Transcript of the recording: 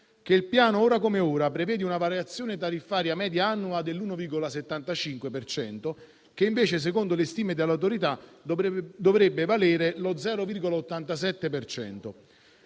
che il Piano, ora come ora, prevede una variazione tariffaria media annua dell'1,75 per cento, che invece, secondo le stime dell'ART, dovrebbe valere lo 0,87